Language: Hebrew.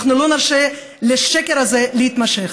אנחנו לא נרשה לשקר הזה להתמשך.